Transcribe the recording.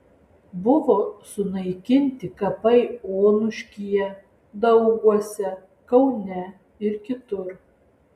buvo sunaikinti kapai onuškyje dauguose kaune ir kitur